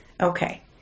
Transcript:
Okay